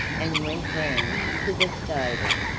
and went round to the stable,